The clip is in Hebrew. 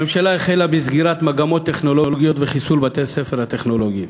הממשלה החלה בסגירת מגמות טכנולוגיות וחיסול בתי-הספר הטכנולוגיים.